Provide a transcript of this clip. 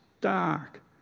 dark